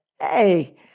hey